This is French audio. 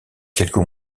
quelques